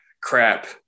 crap